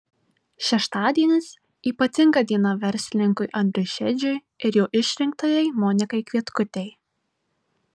šeštadienis ypatinga diena verslininkui andriui šedžiui ir jo išrinktajai monikai kvietkutei